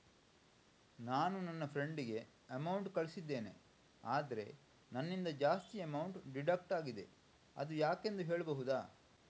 ನಾನು ನನ್ನ ಫ್ರೆಂಡ್ ಗೆ ಅಮೌಂಟ್ ಕಳ್ಸಿದ್ದೇನೆ ಆದ್ರೆ ನನ್ನಿಂದ ಜಾಸ್ತಿ ಅಮೌಂಟ್ ಡಿಡಕ್ಟ್ ಆಗಿದೆ ಅದು ಯಾಕೆಂದು ಹೇಳ್ಬಹುದಾ?